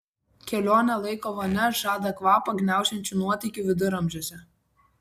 kelionė laiko vonia žada kvapą gniaužiančių nuotykių viduramžiuose